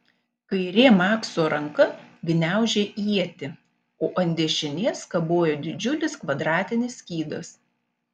kairė makso ranka gniaužė ietį o ant dešinės kabojo didžiulis kvadratinis skydas